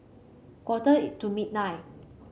quarter it to midnight